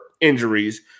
injuries